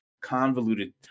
convoluted